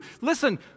Listen